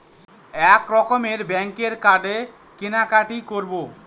এক রকমের ব্যাঙ্কের কার্ডে কেনাকাটি করব